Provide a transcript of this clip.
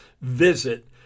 visit